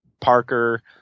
Parker